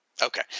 Okay